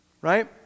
right